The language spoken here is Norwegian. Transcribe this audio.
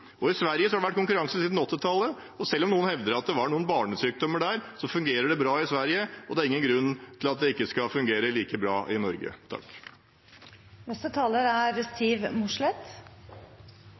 I Sverige har det vært konkurranse siden 1980-tallet, og selv om noen hevder at det var noen barnesykdommer, så fungerer det bra i Sverige, og det er ingen grunn til at det ikke skal fungere like bra i Norge. Det ble stilt spørsmål om hvorfor Senterpartiet fremmet dette forslaget nå. Det er